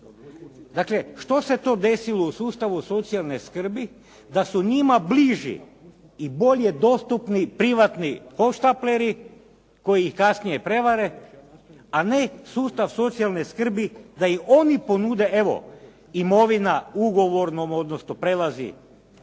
Dakle što se to desilo u sustavu socijalne skrbi da su njima bliži i bolje dostupni privatni hoštapleri koji ih kasnije prevare a ne sustav socijalne skrbi da im oni ponude evo, imovina, ugovornom prelazi,